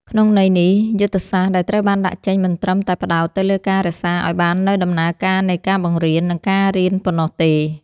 ក្នុងន័យនេះ យុទ្ធសាស្ត្រដែលត្រូវបានដាក់ចេញមិនត្រឹមតែផ្តោតទៅលើការរក្សាឱ្យបាននូវដំណើរការនៃការបង្រៀន និងការរៀនប៉ុណ្ណោះទេ។